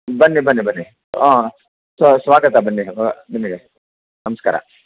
ಬನ್ನಿ ಬನ್ನಿ ಬನ್ನಿ ಹಾಂ ಸ್ವಾಗತ ಬನ್ನಿ ನಿಮಗೆ ನಮಸ್ಕಾರ